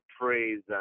praise